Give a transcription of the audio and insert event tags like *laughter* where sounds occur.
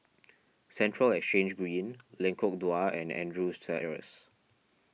*noise* Central Exchange Green Lengkok Dua and Andrews Terrace